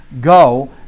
go